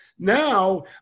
now